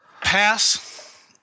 Pass